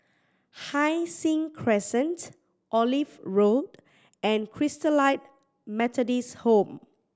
Hai Sing Crescent Olive Road and Christalite Methodist Home